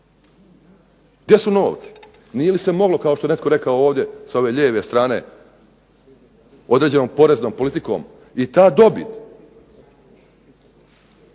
Gdje su novci? Nije li se moglo kako je netko rekao sa ove lijeve strane određenom poreznom politikom i ta dobit